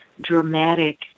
dramatic